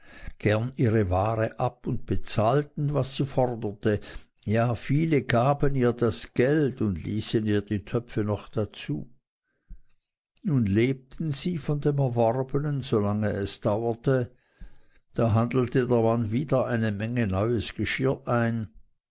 gern ihre ware ab und bezahlten was sie forderte ja viele gaben ihr das geld und ließen ihr die töpfe noch dazu nun lebten sie von dem erworbenen solange es dauerte da handelte der mann wieder eine menge neues geschirr ein